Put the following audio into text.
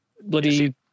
bloody